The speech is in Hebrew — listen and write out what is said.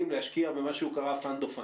להשקיע במה שהוא קרא fund of funds,